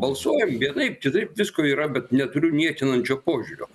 balsuojam vienaip kitaip visko yra bet neturiu niekinančio požiūrio